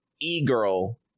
e-girl